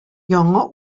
яңа